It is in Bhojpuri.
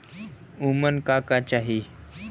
उमन का का चाही?